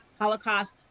Holocaust